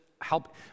help